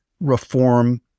reform